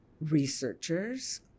researchers